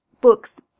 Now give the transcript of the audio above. books